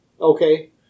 Okay